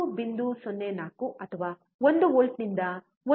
04 ಅಥವಾ 1 ವೋಲ್ಟ್ನಿಂದ 1